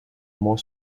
more